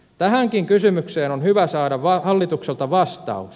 tähänkin kysymykseen on hyvä saada hallitukselta vastaus